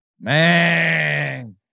Man